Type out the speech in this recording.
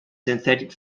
synthetic